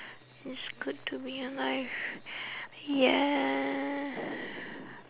it's good to be alive yeah